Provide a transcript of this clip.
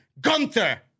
Gunther